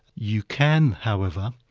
you can however,